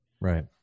right